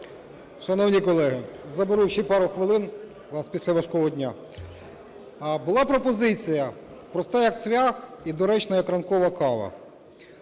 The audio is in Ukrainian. Шановні колеги, заберу ще пару хвилин у вас після важкого дня. Була пропозиція проста, як цвях, і доречна, як ранкова кава,